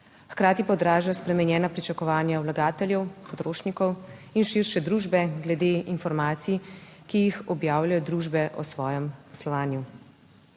hkrati pa odraža spremenjena pričakovanja vlagateljev, potrošnikov in širše družbe glede informacij, ki jih objavljajo družbe o svojem poslovanju.